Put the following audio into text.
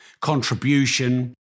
contribution